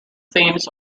themes